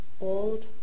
old